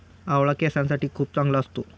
आवळा केसांसाठी खूप चांगला असतो